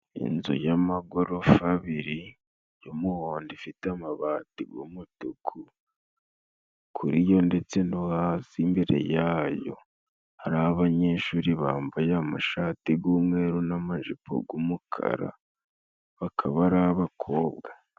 Inzu y'amagorofa abiri y'umuhondo, ifite amabati gw'umutuku, kuri yo ndetse no hasi imbere ya yo hari abanyeshuri bambaye amashati gw'umweru n'amajipo gw'umukara, bakaba ari abakobwa.